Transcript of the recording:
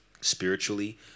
spiritually